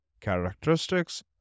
characteristics